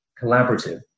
collaborative